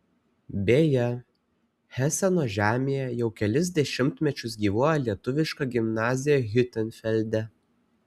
beje heseno žemėje jau kelis dešimtmečius gyvuoja lietuviška gimnazija hiutenfelde